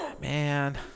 Man